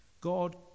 God